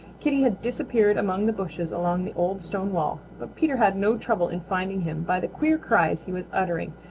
kitty had disappeared among the bushes along the old stone wall, but peter had no trouble in finding him by the queer cries he was uttering,